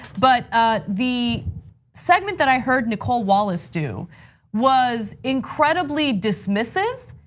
but ah the segment that i heard nicole wallace do was incredibly dismissive.